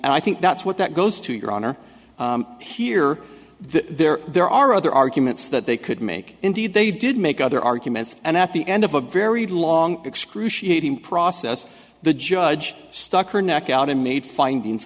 and i think that's what that goes to your honor here there there are other arguments that they could make indeed they did make other arguments and at the end of a very long excruciating process the judge stuck her neck out and made findings